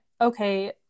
okay